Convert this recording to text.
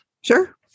Sure